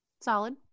solid